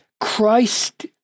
Christ